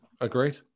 Agreed